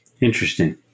Interesting